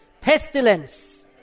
pestilence